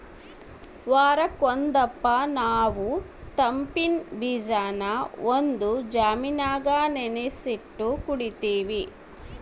ವಾರುಕ್ ಒಂದಪ್ಪ ನಾವು ತಂಪಿನ್ ಬೀಜಾನ ಒಂದು ಜಾಮಿನಾಗ ನೆನಿಸಿಟ್ಟು ಕುಡೀತೀವಿ